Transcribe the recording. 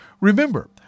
Remember